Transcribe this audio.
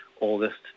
August